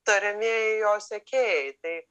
tariamieji jo sekėjai tai